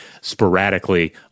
sporadically